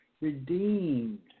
redeemed